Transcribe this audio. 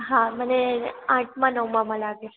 હા મને આઠમા નવમામાં લાગ્યું છે